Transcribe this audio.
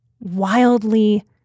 wildly